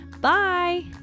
bye